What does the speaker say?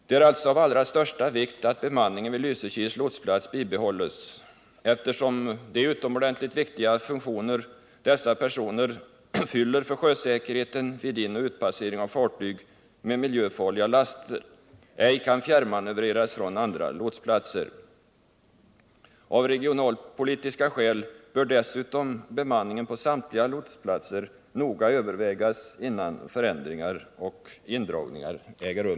Det är alltså av allra största vikt att bemanningen vid Lysekils lotsplats bibehålls, eftersom de utomordentligt viktiga funktioner dessa personer fyller för sjösäkerheten vid inoch utpassering av fartyg med miljöfarliga laster ej kan fjärrmanövreras från andra lotsplatser. Av regionalpolitiska skäl bör dessutom bemanningen på samtliga lotsplatser noga övervägas, innan förändringar och indragningar äger rum.